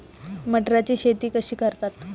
मटाराची शेती कशी करतात?